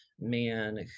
man